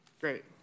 Great